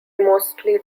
mostly